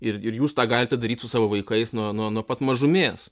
ir ir jūs tą galite daryt su savo vaikais nuo nuo pat mažumės